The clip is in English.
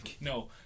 No